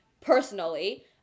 personally